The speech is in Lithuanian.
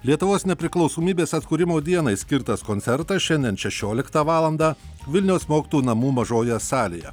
lietuvos nepriklausomybės atkūrimo dienai skirtas koncertas šiandien šešioliktą valandą vilniaus mokytojų namų mažoje salėje